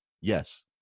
Yes